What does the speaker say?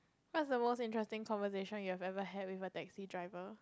what's the most interesting conversation you ever had with a taxi driver